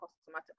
customer